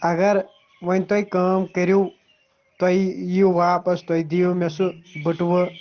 اَگر ون تُہۍ کٲم کٔرِو تۄہہ یِیو واپَس تُہۍ دِیو مےٚ سُہ بٔٹوٕ